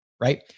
right